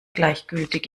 gleichgültig